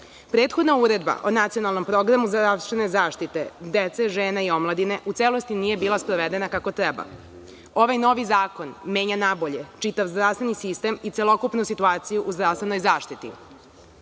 toga? Prethodna Uredba o Nacionalnom programu zdravstvene zaštite dece, žena i omladine u celosti nije bila sprovedena kako treba. Ovaj novi zakon menja na bolje čitav zdravstveni sistem i celokupnu situaciju u zdravstvenoj zaštiti.